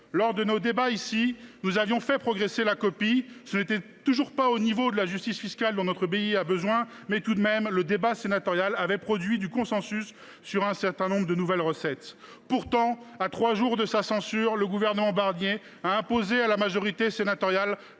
Lors de nos discussions au Sénat, nous avions fait progresser la copie. Sans atteindre le niveau de justice fiscale dont notre pays a besoin, le débat sénatorial avait cependant produit du consensus sur un certain nombre de nouvelles recettes. Pourtant, à trois jours de sa censure, le gouvernement Barnier a imposé à la majorité sénatoriale,